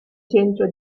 centro